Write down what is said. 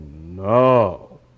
no